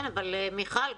מיכל,